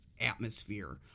atmosphere